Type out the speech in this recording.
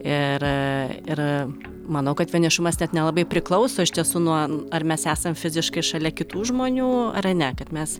ir ir manau kad vienišumas net nelabai priklauso iš tiesų nuo ar mes esam fiziškai šalia kitų žmonių ar ne kad mes